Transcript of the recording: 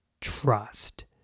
trust